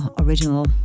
original